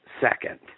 second